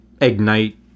ignite